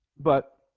but